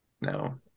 no